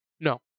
No